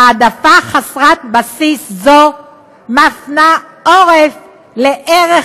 העדפה חסרת בסיס זו מפנה עורף לערך